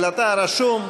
אבל אתה רשום.